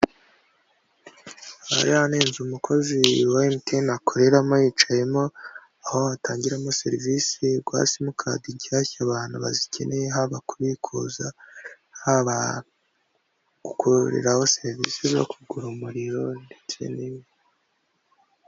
Hariya ni inzu umukozi wa MTN akoreramo yicayemo, aho atangiramo serivisi, guha simukadi nshyashya abantu bazikeneye, habaha kubikuza, haba gukuriraho serivisi zo kugura umuriro ndetse n'ibindi.